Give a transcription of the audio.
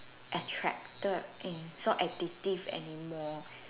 attracted and so addictive anymore